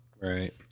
Right